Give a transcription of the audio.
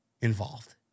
involved